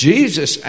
Jesus